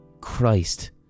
Christ